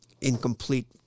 incomplete